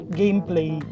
gameplay